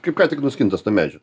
kaip ką tik nuskintas nuo medžių